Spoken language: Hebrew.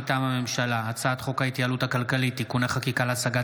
מטעם הממשלה: הצעת חוק ההתייעלות הכלכלית (תיקוני חקיקה להשגת